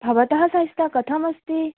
भवतः स्वास्थ्यं कथमस्ति